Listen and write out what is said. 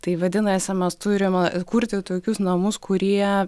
tai vadinasi mes turim kurti tokius namus kurie